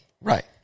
Right